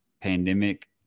pandemic